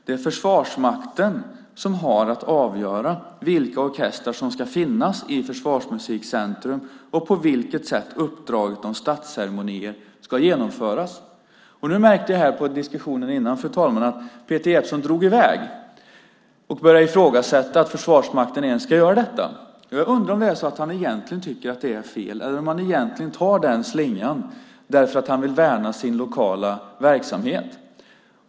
Det är Försvarsmakten som har att avgöra vilka orkestrar som ska finnas i Försvarsmusikcentrum och på vilket sätt uppdraget vid statsceremonier ska genomföras. Jag märkte på diskussionen innan, fru talman, att Peter Jeppsson drog i väg och började ifrågasätta om Försvarsmakten ens ska göra detta. Jag undrar om det är så att han egentligen tycker att det är fel eller om han tar den slingan därför att han vill värna sin lokala verksamhet.